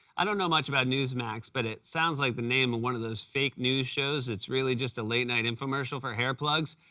i don't know much about newsmax, but it sounds like the name of those fake news shows that's really just a late night infomercial for hair plugs.